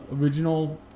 original